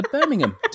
Birmingham